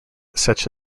such